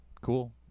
Cool